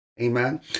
Amen